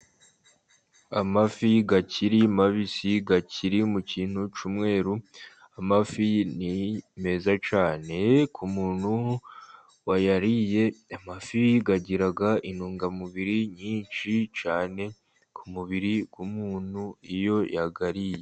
Amafi akiri mabisi akiri mu kintu cy'umweru. Amafi ni meza cyane ku muntu wayariye. Amafi agira intungamubiri nyinshi cyane ku mubiri w'umuntu iyo yayariye.